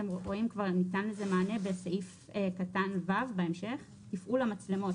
ניתן לזה מענה בסעיף קטן (ו) בהמשך: תפעול המצלמות,